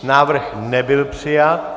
Návrh nebyl přijat.